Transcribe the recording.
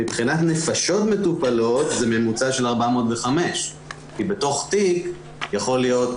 מבחינת נפשות מטופלות זה ממוצע של 405. כי בתוך תיק יכול להיות